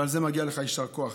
ועל זה מגיע לך יישר כוח: